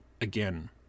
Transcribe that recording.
again